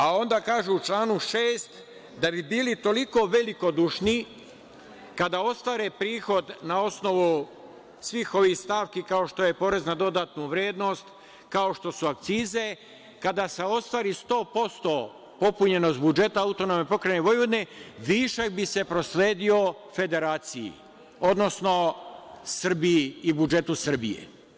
A onda kažu, u članu 6, da bi bili toliko velikodušni kada ostvare prihod na osnovu svih ovih stavki, kao što je porez na dodatu vrednost, kao što su akcize, kada se ostvari 100% popunjenost budžeta AP Vojvodine, višak bi se prosledio federaciji, odnosno Srbiji i budžetu Srbije.